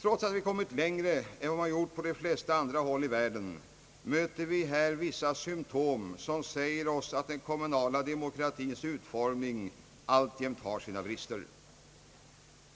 Trots att vi kommit längre än man har gjort på de flesta andra håll i världen, möter vi här vissa symptom, som visar att den kommunala demokratins utformning alltjämt har sina brister.